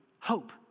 hope